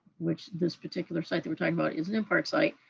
which this particular site that we're talking about is an mpart site,